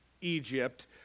Egypt